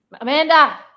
Amanda